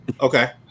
Okay